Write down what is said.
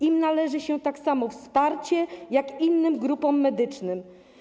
Im należy się tak samo wsparcie, jak innym grupom medycznym.